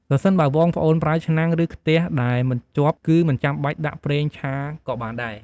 ប្រសិនបើបងប្អូន ប្រើឆ្នាំង ឬ ខ្ទិះដែលមិនជាប់ គឺមិនចាំបាច់ដាក់ប្រេងឆាក៏បានដែរ។